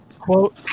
Quote